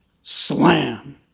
Slam